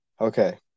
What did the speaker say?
Okay